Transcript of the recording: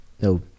no